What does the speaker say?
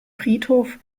friedhof